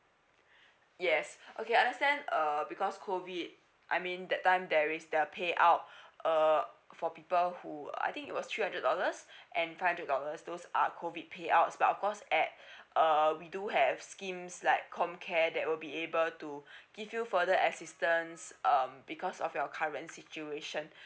yes okay understand uh because COVID I mean that time there is the payout uh for people who I think it was three hundred dollars and five hundred dollars those are COVID payout but of course at uh we do have schemes like home care that will be able to give you further assistance um because of your current situation